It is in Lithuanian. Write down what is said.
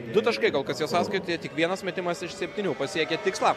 du taškai kol kas jo sąskaitoje tik vienas metimas iš septynių pasiekė tikslą